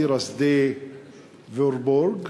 טירה שדה-ורבורג,